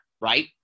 right